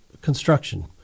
construction